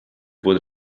wurde